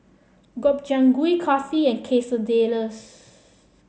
Gobchang Gui Kulfi and Quesadillas